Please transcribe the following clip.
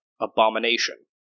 abomination